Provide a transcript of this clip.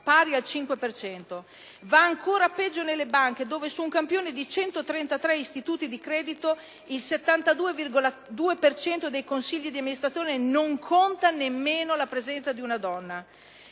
per cento. Va ancora peggio nelle banche, dove su un campione di 133 istituti di credito, il 72,2 per cento dei consigli di amministrazione non conta nemmeno la presenza di una donna.